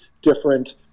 different